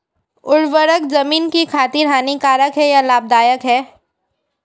उर्वरक ज़मीन की खातिर हानिकारक है या लाभदायक है?